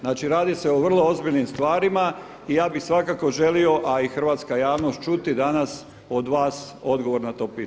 Znači radi se o vrlo ozbiljnim stvarima i ja bih svakako želio a i hrvatska javnost čuti danas od vas odgovor na to pitanje.